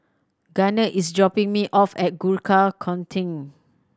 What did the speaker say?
Gunner is dropping me off at Gurkha Contingent